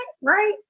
right